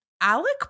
Alec